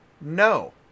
No